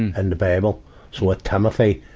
and the fable so with timothy,